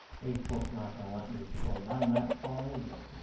facebook's not gonna let me scroll down that far, is it?